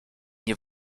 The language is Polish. nie